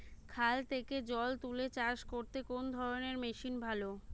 খাল থেকে জল তুলে চাষ করতে কোন ধরনের মেশিন ভালো?